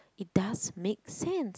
it does make sense